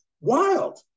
Wild